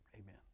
Amen